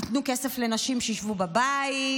ייתנו כסף לנשים שישבו בבית?